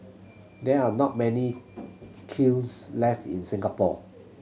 there are not many kilns left in Singapore